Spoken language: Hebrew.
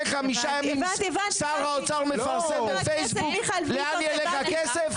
חמישה ימים שר האוצר מפרסם בפייסבוק לאן הולך הכסף?